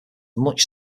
much